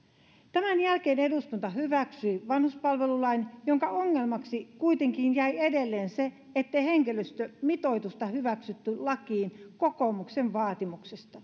tämän jälkeen eduskunta hyväksyi vanhuspalvelulain jonka ongelmaksi kuitenkin jäi edelleen se ettei henkilöstömitoitusta hyväksytty lakiin kokoomuksen vaatimuksesta